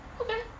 Okay